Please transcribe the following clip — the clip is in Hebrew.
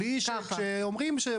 כאשר אומרים שלא יידרשו לו כל עוד בג"ץ דן.